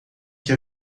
que